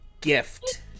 gift